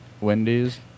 Wendy's